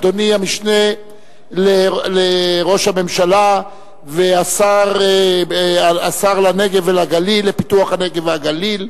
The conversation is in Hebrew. אדוני המשנה לראש הממשלה, השר לפיתוח הנגב והגליל,